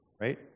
Right